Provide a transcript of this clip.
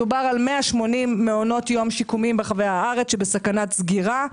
מדובר על 180 מעונות יום שיקומיים ברחבי הארץ שבסכנת סגירה.